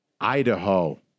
Idaho